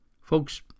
Folks